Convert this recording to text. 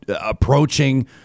approaching